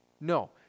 No